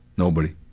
nobody.